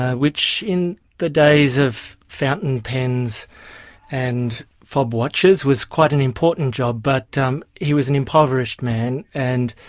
which in the days of fountain pens and fob watches was quite an important job. but um he was an impoverished man, and